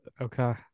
Okay